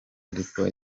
ariko